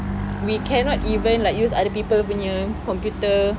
we cannot even like use other people punya computer